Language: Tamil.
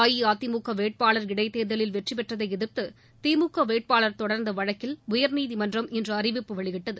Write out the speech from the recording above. அஇஅதிமுக வேட்பாளர் இடைத்தேர்தலில் வெற்றி பெற்றதை எதிர்த்து திமுக வேட்பாளர் தொடர்ந்த வழக்கில் உயர்நீதிமன்றம் இன்று அறிவிப்பு வெளியிட்டது